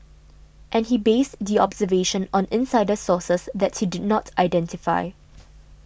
and he based the observation on insider sources that he did not identify